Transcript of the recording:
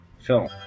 film